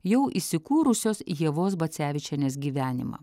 jau įsikūrusios ievos bacevičienės gyvenimą